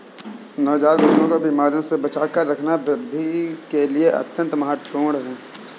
नवजात बछड़ों को बीमारियों से बचाकर रखना वृद्धि के लिए अत्यंत महत्वपूर्ण है